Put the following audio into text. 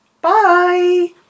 Bye